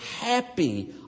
happy